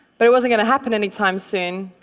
but it wasn't going to happen anytime soon,